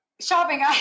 Shopping